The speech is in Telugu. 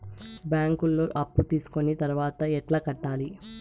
బ్యాంకులో అప్పు తీసుకొని తర్వాత ఎట్లా కట్టాలి?